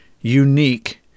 unique